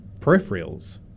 peripherals